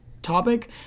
Topic